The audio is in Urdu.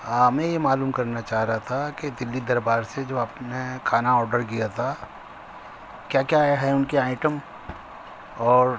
ہاں میں یہ معلوم کرنا چاہ رہا تھا کہ دلی دربار سے جو آپ نے کھانا آڈر کیا تھا کیا کیا آیا ہے ان کے آئٹم اور